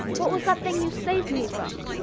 what was that thing you saved me from?